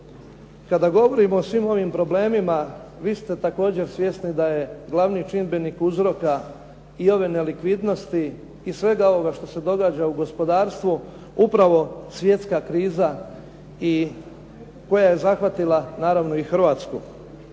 kada govorimo o svim ovim problemima vi ste također svjesni da je glavni čimbenik uzroka i ove nelikvidnosti i svega ovoga što se događa u gospodarstvu upravo svjetska kriza koja je zahvatila naravno i Hrvatsku.